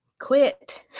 quit